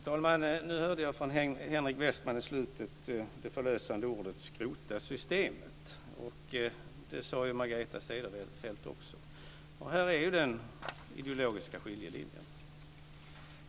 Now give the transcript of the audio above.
Fru talman! Nu hörde jag från Henrik Westman i slutet de förlösande orden: Skrota systemet. Det sade Margareta Cederfelt också. Här är den ideologiska skiljelinjen.